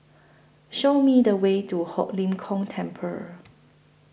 Show Me The Way to Ho Lim Kong Temple